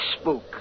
spook